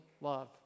love